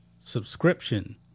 subscription